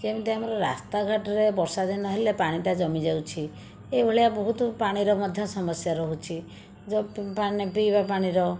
ଯେମିତି ଆମର ରାସ୍ତାଘାଟରେ ବର୍ଷା ଦିନ ହେଲେ ପାଣିଟା ଜମିଯାଉଛି ଏହିଭଳିଆ ବହୁତ ପାଣିର ମଧ୍ୟ ସମସ୍ୟା ରହୁଛି ଯେଉଁ ପିଇବା ପାଣିର